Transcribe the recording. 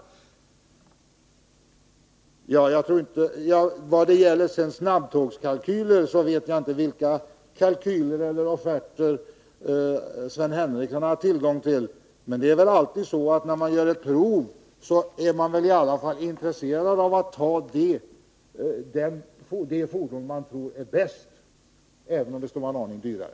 Vad det sedan gäller frågan om snabbtågskalkyler vet jag inte vilka kalkyler eller offerter Sven Henricsson har tillgång till. Men det är väl alltid så, att när man gör ett prov är man i alla fall intresserad av att välja det fordon som man tror är bäst, även om detta skulle vara en aning dyrare.